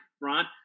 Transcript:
Ron